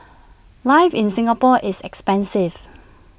life in Singapore is expensive